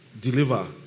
deliver